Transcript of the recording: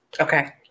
Okay